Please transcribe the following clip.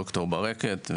ד"ר ברקת,